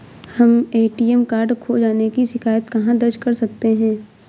हम ATM card खो जाने की शिकायत कहाँ दर्ज कर सकते हैं?